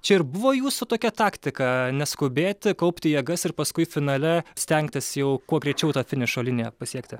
čia ir buvo jūsų tokia taktika neskubėti kaupti jėgas ir paskui finale stengtis jau kuo greičiau tą finišo liniją pasiekti